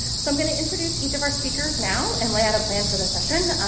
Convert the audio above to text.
so i'm going to introduce each of our speakers now and lay out a plan for the session.